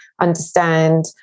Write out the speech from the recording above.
understand